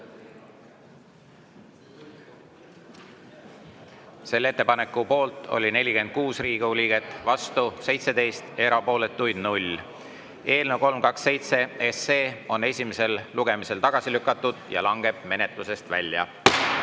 Selle ettepaneku poolt oli 46 Riigikogu liiget, vastu 17, erapooletuid 0. Eelnõu 327 on esimesel lugemisel tagasi lükatud ja langeb menetlusest välja. Head